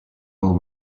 all